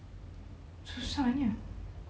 to sign him